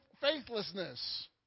faithlessness